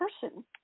person